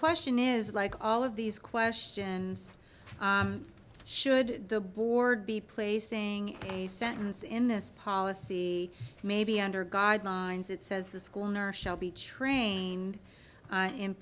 question is like all of these questions should the board be placing a sentence in this policy maybe under god minds it says the school nurse shall be trained